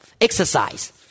Exercise